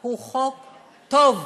הוא חוק טוב.